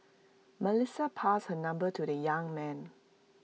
Melissa passed her number to the young man